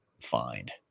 find